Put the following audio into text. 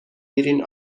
میرین